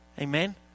Amen